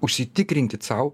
užsitikrinkit sau